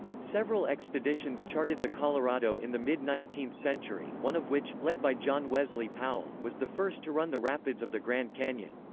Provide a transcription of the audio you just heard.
several expeditions charted the colorado in the mid nineteenth century one of which, led by john wesley powell, was the first to run the rapids of the grand canyon.